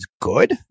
good